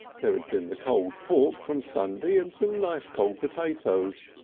there had been the cold pork from sunday and some nice cold potatoes,